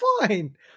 fine